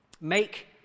Make